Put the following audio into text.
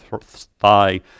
thigh